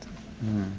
mm